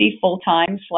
full-time